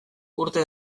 urte